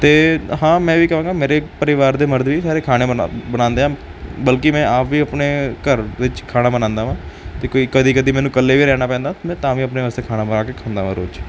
ਅਤੇ ਹਾਂ ਮੈਂ ਵੀ ਕਹਾਂਗਾ ਮੇਰੇ ਪਰਿਵਾਰ ਦੇ ਮਰਦ ਵੀ ਸਾਰੇ ਖਾਣੇ ਬਣਾ ਬਣਾਉਂਦੇ ਆ ਬਲਕਿ ਮੈਂ ਆਪ ਵੀ ਆਪਣੇ ਘਰ ਵਿੱਚ ਖਾਣਾ ਬਣਾਉਂਦਾ ਹਾਂ ਅਤੇ ਕੋਈ ਕਦੀ ਕਦੀ ਮੈਨੂੰ ਇਕੱਲੇ ਵੀ ਰਹਿਣਾ ਪੈਂਦਾ ਮੈਂ ਤਾਂ ਵੀ ਆਪਣੇ ਵਾਸਤੇ ਖਾਣਾ ਬਣਾ ਕੇ ਖਾਂਦਾ ਹਾਂ ਰੋਜ਼